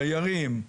דיירים,